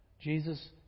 Jesus